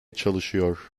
çalışıyor